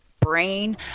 brain